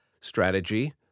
strategy